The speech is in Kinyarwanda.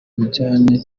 bijyanye